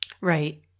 Right